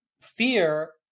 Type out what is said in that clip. Fear